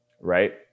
Right